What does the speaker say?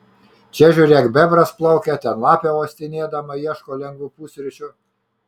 čia žiūrėk bebras plaukia ten lapė uostinėdama ieško lengvų pusryčių